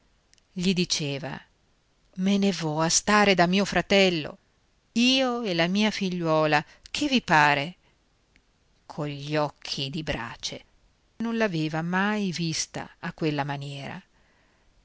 gli diceva me ne vo a stare da mio fratello io e la mia figliuola che vi pare cogli occhi di brace non l'aveva mai vista a quella maniera